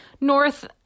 north